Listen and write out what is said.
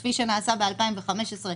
כפי שנעשה ב-2015,